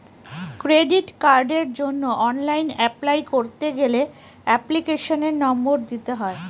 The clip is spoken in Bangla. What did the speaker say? ক্রেডিট কার্ডের জন্য অনলাইন অ্যাপলাই করতে গেলে এপ্লিকেশনের নম্বর দিতে হয়